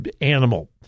animal